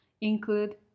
include